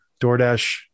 DoorDash